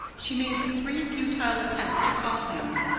she made three futile attempts to call him.